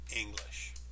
English